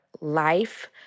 life